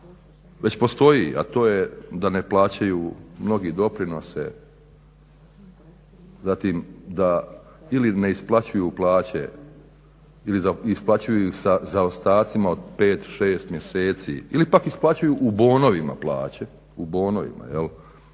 već postoji, a to je da ne plaćaju mnogi doprinose, zatim da ili ne isplaćuju plaće ili isplaćuju ih sa zaostacima od 5,6 mjeseci ili pak isplaćuju u bonovima plaće, u bonovima, gdje